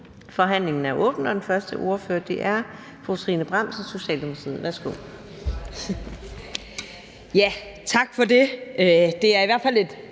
Forhandlingen er åbnet. Den første ordfører er fru Trine Bramsen, Socialdemokratiet. Værsgo.